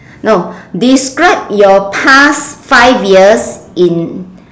no describe your past five years in